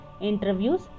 interviews